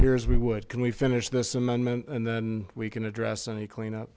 appears we would can we finish this amendment and then we can address and clean up